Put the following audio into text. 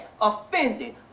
offended